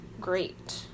great